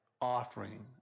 Offering